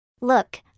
Look